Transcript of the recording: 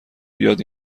بیاد